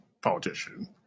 politician